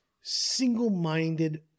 single-minded